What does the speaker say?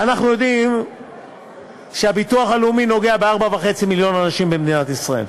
אנחנו יודעים שהביטוח הלאומי נוגע ב-4.5 מיליון אנשים במדינת ישראל.